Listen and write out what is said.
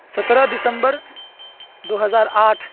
سترہ دسمبر دو ہزار آٹھ